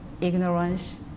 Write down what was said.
ignorance